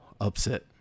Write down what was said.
upset